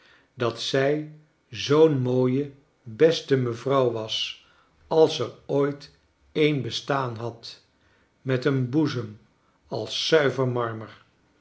dat zij zoo'n mooie beste mevrouw was als er ooit een bestaan had met een boezem als